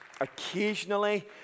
occasionally